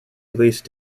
released